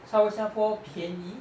稍微新加坡便宜